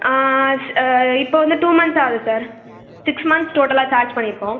ஸ் இப்போது வந்து டூ மன்த்ஸ் ஆகுது சார் சிக்ஸ் மன்த்ஸ் டோட்டலாக சார்ஜ் பண்ணியிருக்கோம்